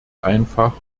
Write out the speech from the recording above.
einfach